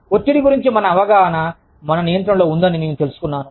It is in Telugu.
ఒత్తిడి గురించి మన అవగాహన మన నియంత్రణలో ఉందని నేను తెలుసుకున్నాను